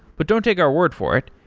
but don't take our word for it,